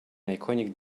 iconic